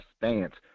stance